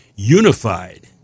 Unified